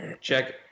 check